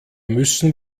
müssen